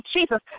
Jesus